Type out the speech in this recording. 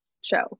show